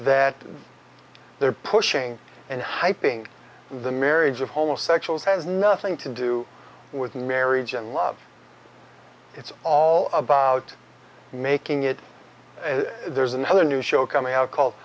that they're pushing and hyping the marriage of homosexuals has nothing to do with marriage and love it's all about making it and there's another new show coming out called